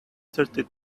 thirty